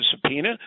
subpoena